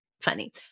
funny